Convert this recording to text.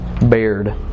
bared